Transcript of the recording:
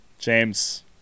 James